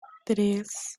tres